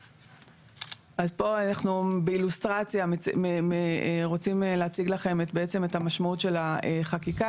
פה אנחנו באילוסטרציה רוצים להציג לכם בעצם את המשמעות של החקיקה.